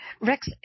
Rex